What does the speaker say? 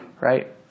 right